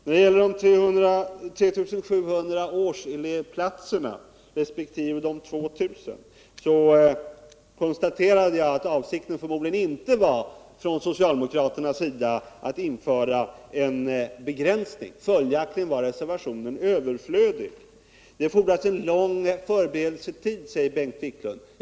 När det gäller de 3 700 årselevplatserna resp. de 2 000 konstaterade jag att avsikten från den socialdemokratiska sidan förmodligen inte var att införa en begränsning. Följaktligen är reservationen överflödig. Det fordras en lång förberedelsetid, säger Bengt Wiklund vidare.